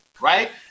right